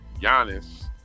Giannis